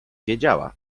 wiedziała